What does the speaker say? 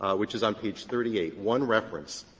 ah which is on page thirty eight, one reference.